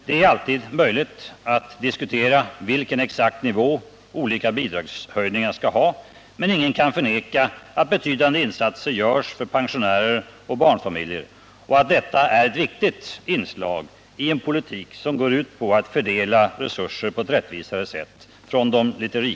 Det är alltid möjligt att diskutera vilken exakt nivå olika bidragshöjningar skall ha, men ingen kan förneka att betydande insatser görs för pensionärer och barnfamiljer och att detta är ett viktigt inslag i en politik som går ut på att fördela resurser på ett rättvisare sätt.